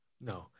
No